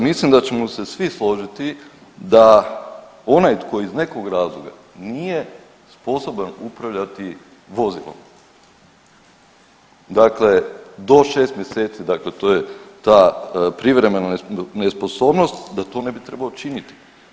Mislim da ćemo se svi složiti da onaj tko iz nekog razloga nije sposoban upravljati vozilom, dakle do 6 mjeseci to je ta privremena nesposobnost, da to ne bi trebalo činiti.